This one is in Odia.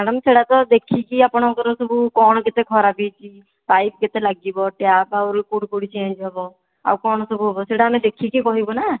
ମ୍ୟାଡ଼ାମ ସେଗୁଡ଼ାକ ଦେଖିକି ଆପଣଙ୍କର ସବୁ କଣ କେତେ ଖରାପ ହେଇଛି ପାଇପ୍ କେତେ ଲାଗିବ ଟ୍ୟାପ ଆହୁରି କେଉଁଠି କେଉଁଠି ଚେଞ୍ଜ ହେବ ଆଉ କଣ ସବୁହେବ ସେଗୁଡ଼ା ଆମେ ଦେଖିକି କହିବୁ ନା